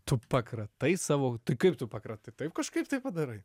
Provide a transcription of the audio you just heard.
tu pakratai savo tai kaip tu pakratai taip kažkaip tai padarai